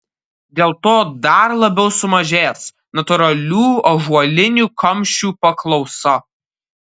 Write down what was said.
dėl to dar labiau sumažės natūralių ąžuolinių kamščių paklausa